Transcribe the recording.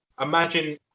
imagine